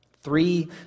three